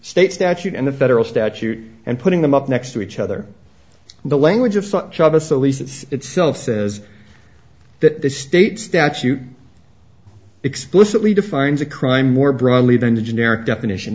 state statute and the federal statute and putting them up next to each other the language of the lease itself says that the state statute explicitly defines a crime more broadly than the generic definition